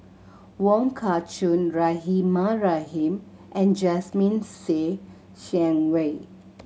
Wong Kah Chun Rahimah Rahim and Jasmine Ser Xiang Wei